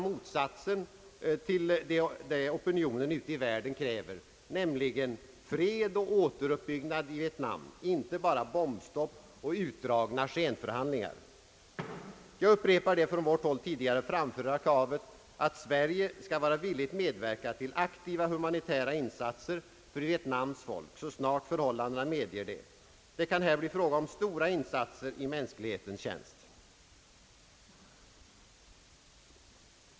motsatsen till vad opinionen ute i världen kräver, nämligen fred och återupp-- byggnad i Vietnam, inte bara bombstopp och utdragna skenförhandlingar. Jag upprepar det från vårt håll tidigare framförda kravet att Sverige skall vara villigt medverka till aktiva humanitära insatser för Vietnams folk så snart förhållandena medger det. Det kan här bli fråga om stora insatser i mänsklighetens tjänst.